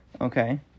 Okay